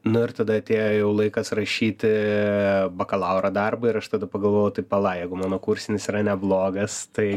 nu ir tada atėjo jau laikas rašyti bakalauro darbą ir aš tada pagalvojau tai pala jeigu mano kursinis yra neblogas tai